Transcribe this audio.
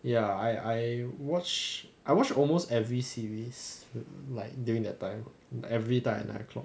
ya I I watch I watched almost every series like during that time every time at nine o'clock